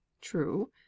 True